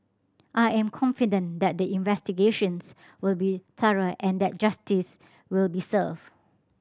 I am confident that the investigations will be thorough and that justice will be served